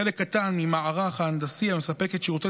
חלק קטן מהמערך ההנדסי המספק את שירותי